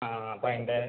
ആണോ അപ്പം അതിൻ്റെ